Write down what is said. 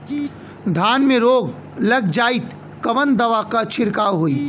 धान में रोग लग जाईत कवन दवा क छिड़काव होई?